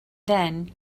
then